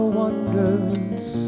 wonders